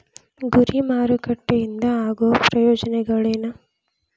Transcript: ಗುರಿ ಮಾರಕಟ್ಟೆ ಇಂದ ಆಗೋ ಪ್ರಯೋಜನಗಳೇನ